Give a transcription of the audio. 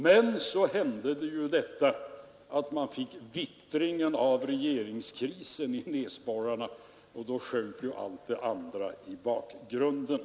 Men så hände detta att man fick vittringen av regeringskrisen i näsborrarna, och då sjönk allt det andra i bakgrunden.